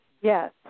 Yes